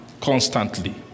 Constantly